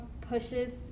pushes